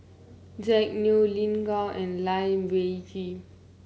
Jack Neo Lin Gao and Lai Weijie